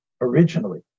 originally